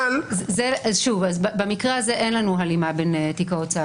אז במקרה הזה אין לנו הלימה בין תיק ההוצאה